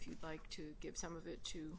you'd like to give some of it to